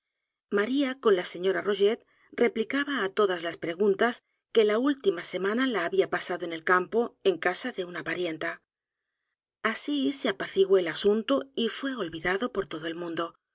maría con la señora rogét replicaba á todas las preguntas que la última semana la había pasado en el campo en casa de una parienta así se apaciguó el asunto y fué olvidado por todo el m